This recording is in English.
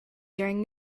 during